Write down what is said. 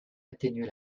atténuer